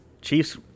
Chiefs